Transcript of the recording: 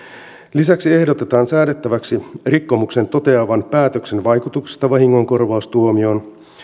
lisäksi ehdotetaan säädettäväksi rikkomuksen toteavan päätöksen vaikutuksesta vahingonkorvaustuomioon